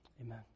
Amen